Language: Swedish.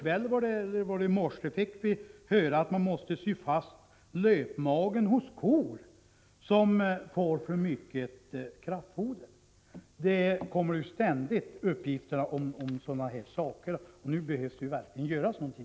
Vi fick ju nyligen höra att man måste sy fast löpmagen hos kor som fått för mycket kraftfoder. Sådana här uppgifter kommer ständigt. Nu måste man verkligen göra någonting!